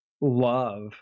love